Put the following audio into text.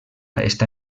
està